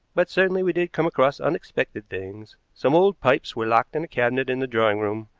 but certainly we did come across unexpected things. some old pipes were locked in a cabinet in the drawing-room.